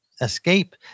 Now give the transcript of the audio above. escape